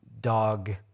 dog